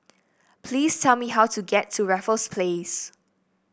please tell me how to get to Raffles Place